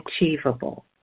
achievable